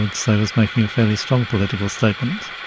and say was making a fairly strong political statement.